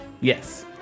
yes